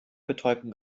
betäubung